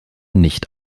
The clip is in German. nicht